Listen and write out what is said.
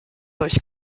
euch